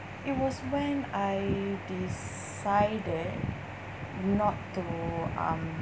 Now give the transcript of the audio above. it was when I decided not to um